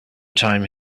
time